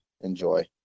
enjoy